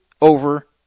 over